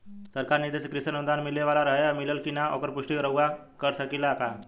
सरकार निधि से कृषक अनुदान मिले वाला रहे और मिलल कि ना ओकर पुष्टि रउवा कर सकी ला का?